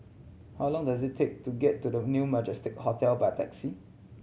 how long does it take to get to New Majestic Hotel by taxi